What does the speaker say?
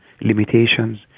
limitations